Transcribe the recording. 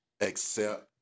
accept